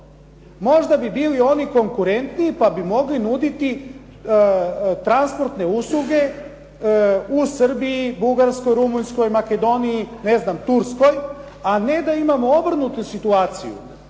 možda bi bili oni konkurentniji pa bi mogli nuditi transportne usluge u Srbiji, Bugarskoj, Rumunjskoj, Makedoniji, ne znam Turskoj, a ne da imamo obrnutu situaciju,